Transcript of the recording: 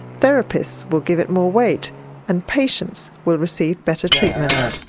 therapists will give it more weight and patients will receive better treatment.